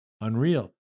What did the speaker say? unreal